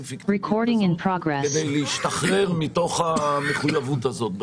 פיקטיבית כדי להשתחרר מתוך המחויבות הזאת.